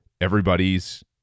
everybody's